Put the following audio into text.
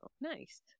nice